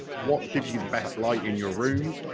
what gives you the best light in your rooms,